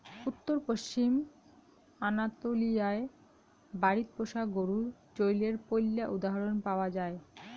উত্তর পশ্চিম আনাতোলিয়ায় বাড়িত পোষা গরু চইলের পৈলা উদাহরণ পাওয়া যায়